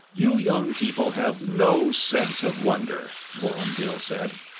you young people have no sense of wonder, vorongil said.